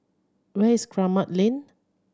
where is Kramat Lane